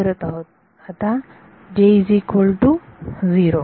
Refer Time 0056